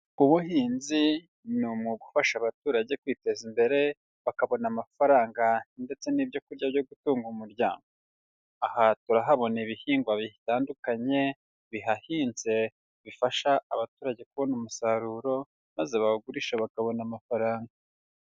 Ubuhinzi ni umwuga ufasha abaturage kwiteza imbere bakabona amafaranga ndetse n'ibyo kurya byo gutunga umuryango, aha turahabona ibihingwa bitandukanye bihahinze bifasha abaturage kubona umusaruro maze bawugurisha bakabona amafaranga.